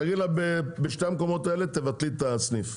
תגיד לה בשני המקומות האלה תבטלי את הסניף.